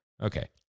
Okay